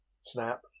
Snap